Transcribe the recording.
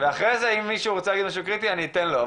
ואחרי זה אם מישהו רוצה להגיד משהו קריטי אני אתן לו,